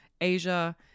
Asia